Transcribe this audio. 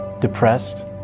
depressed